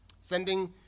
sending